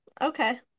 Okay